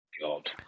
God